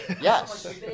Yes